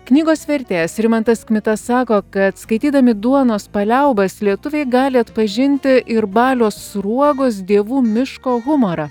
knygos vertėjas rimantas kmita sako kad skaitydami duonos paliaubas lietuviai gali atpažinti ir balio sruogos dievų miško humorą